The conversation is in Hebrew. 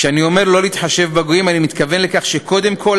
כשאני אומר לא להתחשב בגויים אני מתכוון לכך שקודם כול